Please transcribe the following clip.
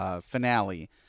finale